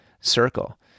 circle